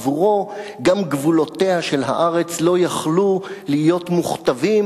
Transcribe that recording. עבורו גם גבולותיה של הארץ לא יכלו להיות מוכתבים